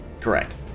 Correct